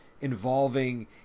involving